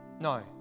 No